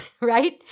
right